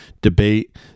debate